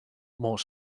more